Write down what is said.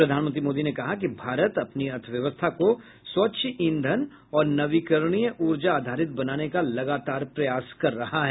प्रधानमंत्री मोदी ने कहा कि भारत अपनी अर्थव्यवस्था को स्वच्छ ईंधन और नवीकरणीय ऊर्जा आधारित बनाने का लगातार प्रयास कर रहा है